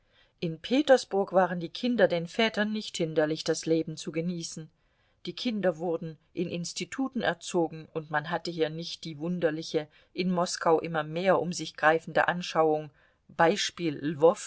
in petersburg waren die kinder den vätern nicht hinderlich das leben zu genießen die kinder wurden in instituten erzogen und man hatte hier nicht die wunderliche in moskau immer mehr um sich greifende anschauung